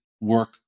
work